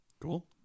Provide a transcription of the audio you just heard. cool